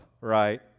right